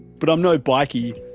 but i'm no bikie,